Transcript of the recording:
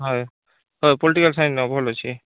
ହଁ ଏ political science ନେବା ଭଲ ଅଛି